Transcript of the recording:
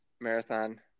marathon